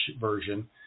version